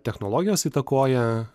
technologijos įtakoja